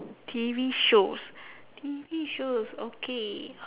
T_V shows T_V shows okay